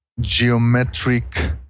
geometric